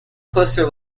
closer